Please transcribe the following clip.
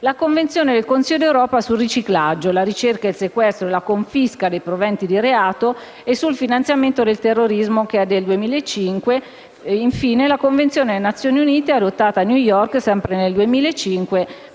la Convenzione del Consiglio d'Europa sul riciclaggio, la ricerca, il sequestro e la confisca dei proventi di reato e sul finanziamento del terrorismo del 2005 e, infine, la Convenzione delle Nazioni Unite, adottata a New York nel 2005,